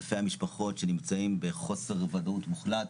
אלפי המשפחות שנמצאות בחוסר ודאות מוחלט.